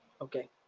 okay